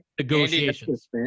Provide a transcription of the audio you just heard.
negotiations